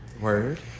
Word